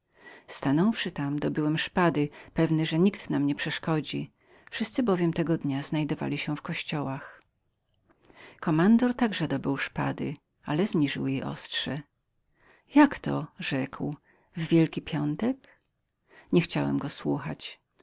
stanąwszy tam dobyłem szpady pewny że nikt nam nie przeszkodzi wszyscy bowiem tego dnia znajdowali się w kościołach kommandor także dobył szpady ale wkrótce zniżył ostrze jakto rzekł w wielki piątek niechciałem go słuchać